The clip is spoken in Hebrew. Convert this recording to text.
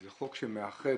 זה חוק שמאחד,